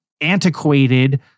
antiquated